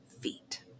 feet